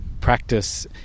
practice